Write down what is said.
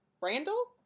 Randall